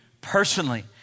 personally